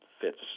fits